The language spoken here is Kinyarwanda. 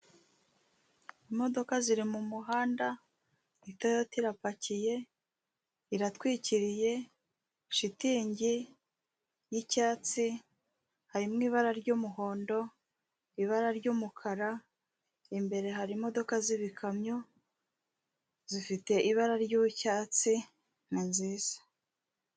Imodoka ziri mu muhanda, Toyota irapakiye, iratwikiriye, shitingi y'icyatsi, harimo ibara ry'umuhondo, ibara ry'umukara, imbere hari imodoka z'ibikamyo zifite ibara ry'icyatsi, ni nziza.